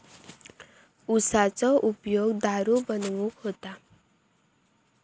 उसाचो उपयोग दारू बनवूक होता